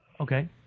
okay